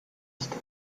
ist